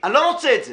אני לא רוצה את זה.